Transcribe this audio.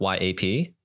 YAP